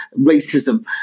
racism